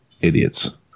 idiots